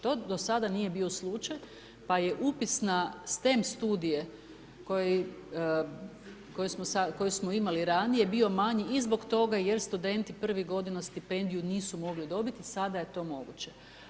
To do sad nije bio slučaj, pa je upis na STEM studije koje smo imali raniji bio manji i zbog toga jer studenti prvu godinu stipendiju nisu mogli dobiti, sada je to moguće.